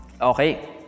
Okay